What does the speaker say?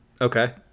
Okay